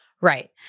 Right